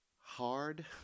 hard